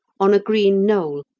on a green knoll,